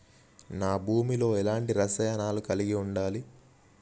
నా భూమి లో ఎలాంటి రసాయనాలను కలిగి ఉండాలి?